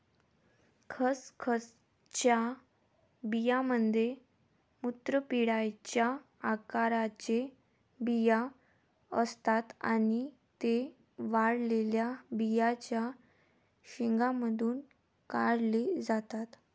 खसखसच्या बियांमध्ये मूत्रपिंडाच्या आकाराचे बिया असतात आणि ते वाळलेल्या बियांच्या शेंगांमधून काढले जातात